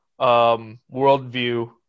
worldview